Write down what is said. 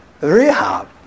Rehab